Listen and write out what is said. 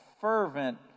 fervent